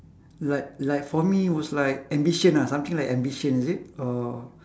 like like for me was like ambition ah something like ambition is it or